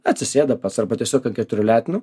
atsisėda pats arba tiesiog ant keturių letenų